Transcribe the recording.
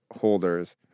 holders